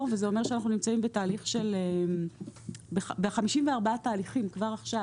וזה אומר שאנחנו נמצאים ב-54 תהליכים כבר עכשיו.